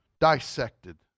dissected